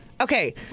Okay